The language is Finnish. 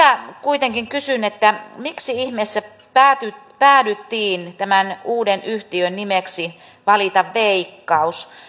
kuitenkin kysyn miksi ihmeessä päädyttiin tämän uuden yhtiön nimeksi valitsemaan veikkaus